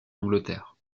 angleterre